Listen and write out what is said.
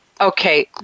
Okay